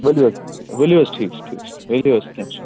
ؤلِو حظ ؤلِو حظ ٹھیٖک چھُ ٹھیٖک چھُ ؤلِو حظ کیٚنٛہہ چھُنہٕ